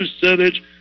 percentage